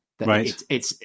Right